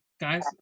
guys